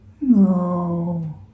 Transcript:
No